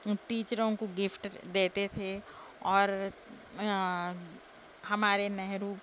ٹیچروں کو گفٹ دیتے تھے اور ہمارے نہرو